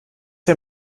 der